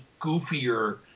goofier